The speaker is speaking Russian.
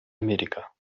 америка